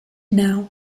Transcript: now